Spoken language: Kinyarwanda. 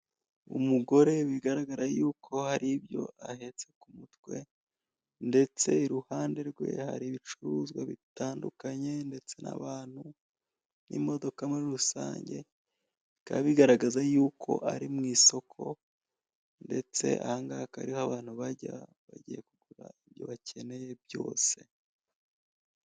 Umugore bigaragara yuko hari ibyo ahetse ku mutwe, ndetse iruhande rwe hari ibicuruzwa bitandukanye, ndetse n'abantu n'imodoka muri rusange. Bikaba bigaragaza yuko ari mu isoko ndetse ahangaha akaba ariho abantu bajya bagiye kugura ibyo bakeneye byose.